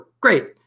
great